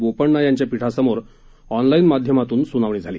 बोपण्णा यांच्या पीठासमोर ऑनलाईन माध्यमातून सुनावणी झाली